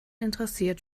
interessiert